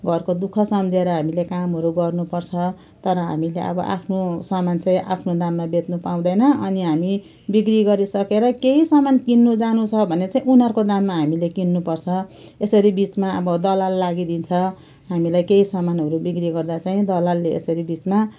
घरको दुःख सम्झेर हामीले कामहरू गर्नु पर्छ तर हामीले अब आफ्नो सामान चाहिँ आफ्नो दाममा बेच्नु पाउँदैन अनि हामी बिक्री गरिसकेर केही सामान किन्नु जानुछ भने चाहिँ उनीहरूको दाममा हामीले किन्नु पर्छ यसरी बिचमा अब दलाल लागिदिन्छ हामीलाई केही सामानहरू बिक्री गर्दा चाहिँ दलालले यसरी बिचमा